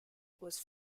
was